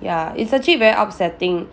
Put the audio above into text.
ya it's actually very upsetting